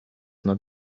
not